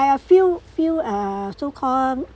I feel feel ah so call